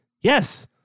Yes